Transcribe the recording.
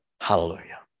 Hallelujah